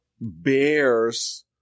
bears